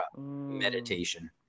meditation